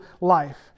life